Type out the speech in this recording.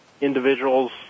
individuals